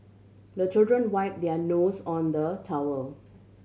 the children wipe their nose on the towel